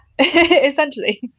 essentially